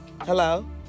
Hello